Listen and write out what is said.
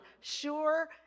sure